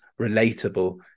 relatable